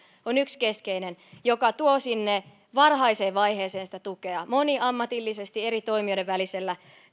on yksi keskeinen joka tuo sinne varhaiseen vaiheeseen sitä tukea moniammatillisesti eri toimijoiden välisellä